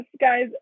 guys